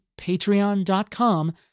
patreon.com